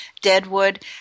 Deadwood